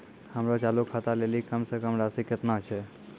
हमरो चालू खाता लेली कम से कम राशि केतना छै?